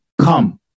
come